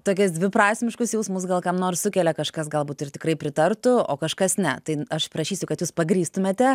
tokias dviprasmiškus jausmus gal kam nors sukelia kažkas galbūt ir tikrai pritartų o kažkas ne tai aš prašysiu kad jūs pagrįstumėte